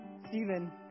Stephen